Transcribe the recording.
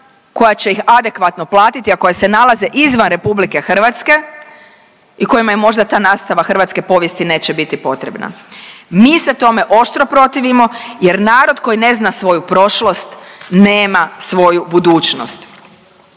koja će ih adekvatno platiti, a koja se nalaze izvan RH i kojima je možda ta nastava hrvatske povijesti neće biti potrebna. Mi se tome oštro protivimo jer narod koji ne zna svoju prošlost, nema svoju budućnost.